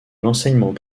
l’enseignement